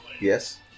yes